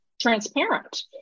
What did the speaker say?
transparent